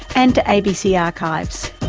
and to abc archives.